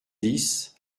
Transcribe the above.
dix